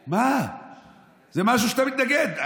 מה, זה משהו שאתה מתנגד לו.